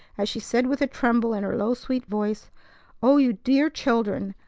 as she said with a tremble in her low, sweet voice o you dear children!